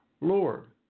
Lord